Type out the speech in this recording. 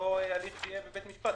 לאותו הליך שיהיה בבית משפט.